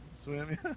swim